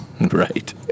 Right